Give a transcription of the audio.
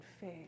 faith